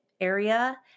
area